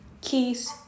keys